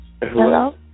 Hello